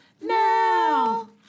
now